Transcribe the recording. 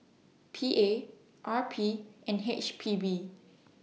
P A R P and H P B